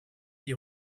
d’y